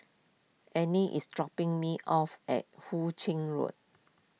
Anie is dropping me off at Hu Ching Road